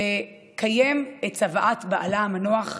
לקיים את צוואת בעלה המנוח.